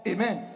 Amen